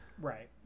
Right